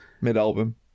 Mid-album